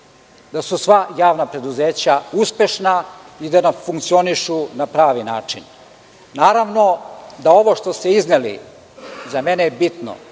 da su sva javna preduzeća uspešna i da funkcionišu na pravi način. Naravno da ovo što ste izneli za mene je bitno.